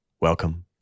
Welcome